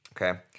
okay